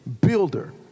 builder